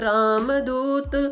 Ramadut